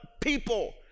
people